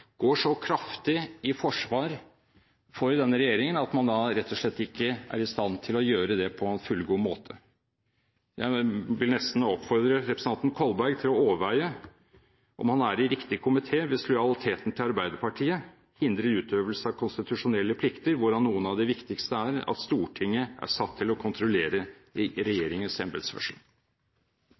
går så kraftig i forsvar for denne regjeringen at man da rett og slett ikke er i stand til å gjøre det på en fullgod måte. Jeg vil nesten oppfordre representanten Kolberg til å overveie om han er i riktig komité hvis lojaliteten til Arbeiderpartiet hindrer utøvelse av konstitusjonelle plikter, hvorav noen av de viktigste er at Stortinget er satt til å kontrollere regjeringens embetsførsel.